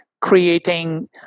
creating